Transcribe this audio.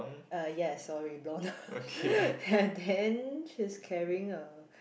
uh yes sorry blond and then she's carrying a